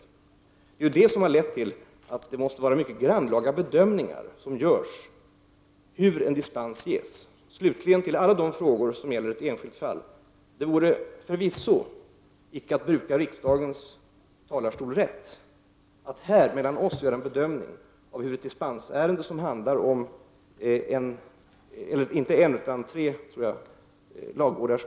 Detta leder till att det måste göras mycket grannlaga bedömningar innan en dispens ges. Vad slutligen gäller alla de frågor som avser ett enskilt fall vill jag säga att det förvisso icke vore att bruka riksdagens talarstol rätt, om vi här skulle göra en bedömning av dispensärenden som berör betingelserna vid tre ladugårdar.